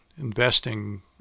investing